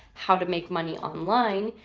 how to make money online,